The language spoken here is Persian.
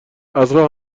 عصرا